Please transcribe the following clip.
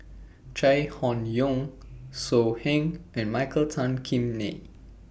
Chai Hon Yoong So Heng and Michael Tan Kim Nei